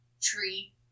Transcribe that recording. tree